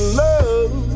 love